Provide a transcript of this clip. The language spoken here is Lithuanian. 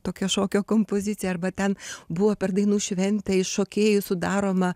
tokia šokio kompozicija arba ten buvo per dainų šventę iš šokėjų sudaroma